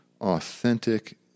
authentic